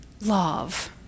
love